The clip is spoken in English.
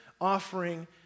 offering